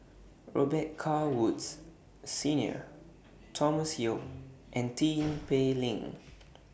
Robet Carr Woods Senior Thomas Yeo and Tin Pei Ling